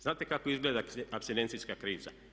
Znate kako izgleda apstinencijska kriza?